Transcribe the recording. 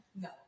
no